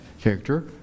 Character